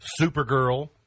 Supergirl